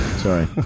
Sorry